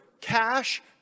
cash